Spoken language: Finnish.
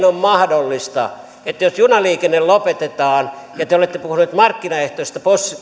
on mahdollista että jos junaliikenne lopetetaan ja te olette puhunut markkinaehtoisesta